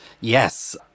Yes